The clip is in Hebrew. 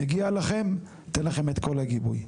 מגיע לכם, אתן לכם את כל הגיבוי.